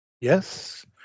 Yes